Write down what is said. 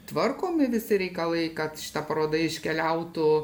tvarkomi visi reikalai kad šita paroda iškeliautų